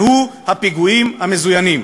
והוא הפיגועים המזוינים.